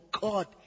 God